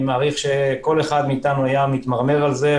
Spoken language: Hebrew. אני מעריך שכל אחד מאיתנו היה מתמרמר מזה,